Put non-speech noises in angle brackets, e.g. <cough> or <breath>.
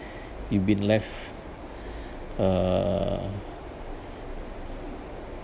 you been left <breath> uh